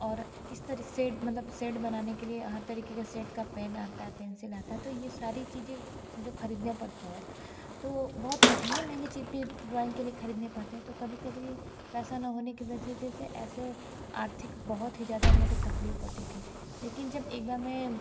और इस तरह से मतलब शेड बनाने के लिए हर तरीक़े के सेट का पेन आता है पेंसिल आता है तो ये सारी चीज़ें जो ख़रीदनी पड़ती है तो बहुत महंगे महंगे चीज़ भी ड्राॅइंग के लिए ख़रीदने पड़ते हैं तो कभी कभी पैसा ना होने की वजह जैसे ऐसे आर्थिक बहुत ही ज़्यादा हम लोग को तकलीफ़ होती थी लेकिन जब एक बार मैं